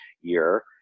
year